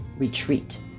retreat